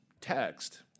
text